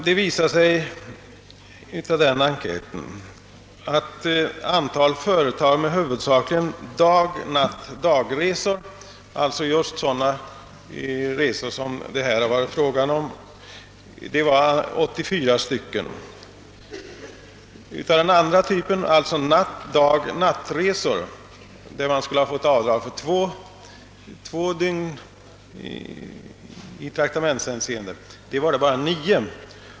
Det visade sig av den enkäten, att antalet företag där tjänstemännen gjorde huvudsakligen dag-natt-dag-resor — alltså just sådana resor som det här varit frågan om — var 84 stycken. Av den andra typen — alltså natt-dag-natt-resor, där avdrag i traktamentshänseende skulle ha gjorts för två dygn — var det bara 9.